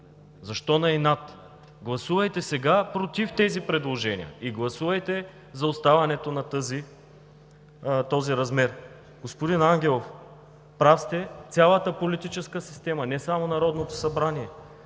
Защо на инат?! Гласувайте сега против тези предложения, гласувайте за оставането на този размер. Господин Ангелов, прав сте – цялата политическа система, не само Народното събрание,